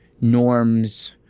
norms